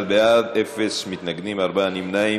51 בעד, אין מתנגדים, ארבעה נמנעים.